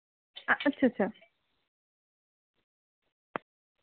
আচ্ছা আচ্ছা আচ্ছা